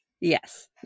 yes